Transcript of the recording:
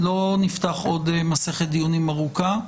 לא נפתח עוד מסכת דיונים ארוכה.